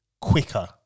quicker